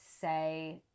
say